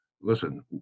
listen